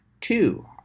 Two